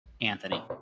anthony